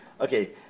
okay